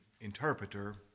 interpreter